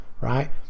right